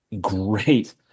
great